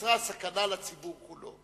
ונוצרה סכנה לציבור כולו.